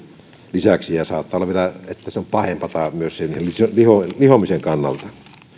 lisäksi ja saattaa vielä olla että se on pahempaa myös sen lihomisen lihomisen kannalta